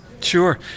Sure